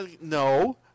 No